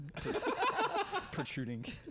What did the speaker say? Protruding